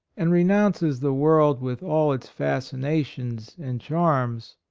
and renounces the world with all its facinations and charms,